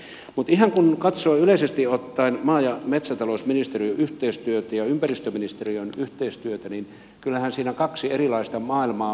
mutta ihan kun katsoo yleisesti ottaen maa ja metsätalousministeriön ja ympäristöministeriön yhteistyötä niin kyllähän siinä kaksi erilaista maailmaa kohtaavat